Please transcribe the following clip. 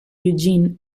eugene